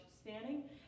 standing